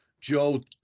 Joe